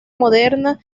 moderna